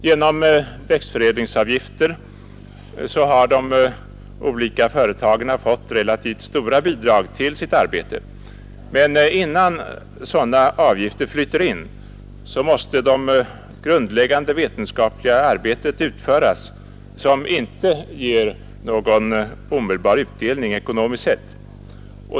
Genom växtförädlingsavgifter har de olika företagen fått relativt stora bidrag till sitt arbete. Men innan sådana avgifter flyter in måste det grundläggande vetenskapliga arbetet utföras som inte ger någon omedelbar utdelning, ekonomiskt sett.